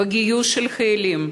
בגיוס של חיילים,